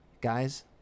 Guys